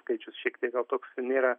skaičius šiek tiek gal toks nėra